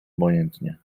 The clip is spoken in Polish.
obojętnie